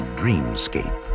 dreamscape